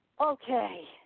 Okay